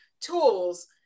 tools